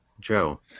Joe